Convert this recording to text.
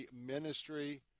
ministry